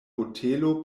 hotelo